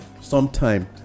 sometime